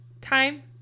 time